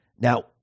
Now